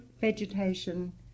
vegetation